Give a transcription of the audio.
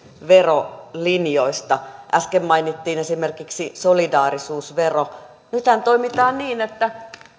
verolinjoista äsken mainittiin esimerkiksi solidaarisuusvero nythän toimitaan niin että